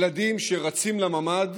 ילדים רצים לממ"ד